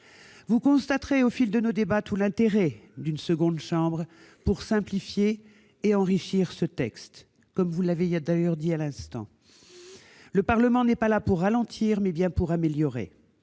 vous constaterez tout l'intérêt d'une seconde chambre pour simplifier et enrichir ce texte, comme vous l'avez d'ailleurs vous-même dit il y a un instant. Le Parlement n'est pas là pour ralentir, mais bien pour améliorer.